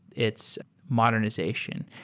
its modernization.